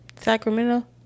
Sacramento